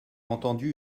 entendu